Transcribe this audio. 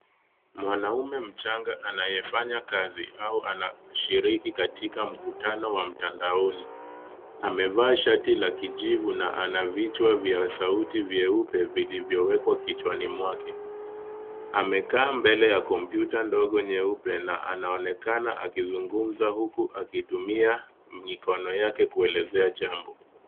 Mwanaume mchanga anayefanya kazi au anashiriki katika mkutano wa mtandaoni, amevaa shati la kijivu na ana vichwa vya sauti vyeupe vilivyowekwa kichwani mwake. Amekaa mbele ya kompyuta ndogo nyeupe na anaonekana akizungumza huku akitumia mikono yake kuelezea jambo.